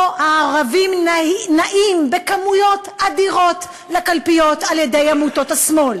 או "הערבים נעים בכמויות אדירות לקלפיות על-ידי עמותות השמאל",